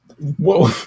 Whoa